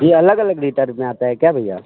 ये अलग अलग लीटर में आता है क्या भैया